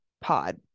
pod